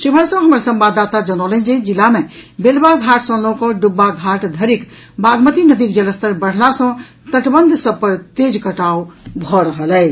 शिवहर सँ हमर संवाददाता जनौलनि जे जिला मे बेलवाघाट सँ लऽ कऽ डुब्बाघाट धरिक बागमती नदीक जलस्तर बढ़ला सँ तटबंध सभ पर तेज कटाव भऽ रहल अछि